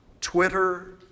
Twitter